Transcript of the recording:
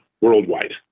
worldwide